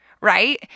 right